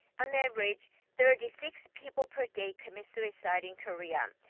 on average. thirty six people per day commit suicide in korea.